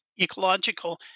ecological